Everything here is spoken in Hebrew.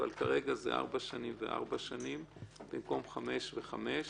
אבל כרגע זה ארבע שנים וארבע שנים במקום חמש שנים וחמש שנים.